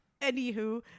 anywho